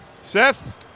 Seth